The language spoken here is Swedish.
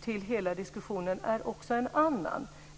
till hela diskussionen är också en annan.